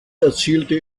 erzielte